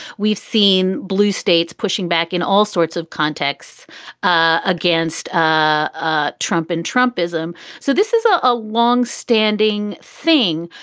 we've seen blue states pushing back in all sorts of contexts against ah trump and trumpism. so this is a ah long standing thing.